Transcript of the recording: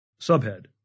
Subhead